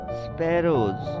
sparrows